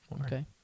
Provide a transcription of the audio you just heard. Okay